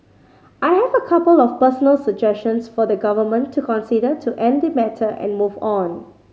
I have a couple of personal suggestions for the Government to consider to end the matter and move on